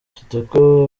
kitoko